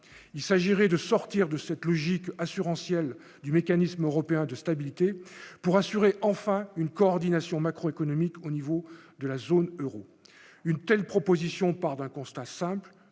il s'agirait de sortir de cette logique assurantielle du mécanisme européen de stabilité pour assurer enfin une coordination macro-économique au niveau de la zone Euro, une telle proposition, part d'un constat simple